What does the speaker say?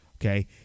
Okay